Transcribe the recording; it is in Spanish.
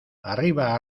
arriba